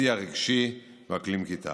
שיח רגשי ואקלים כיתה.